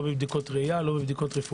לא בבדיקות רפואיות,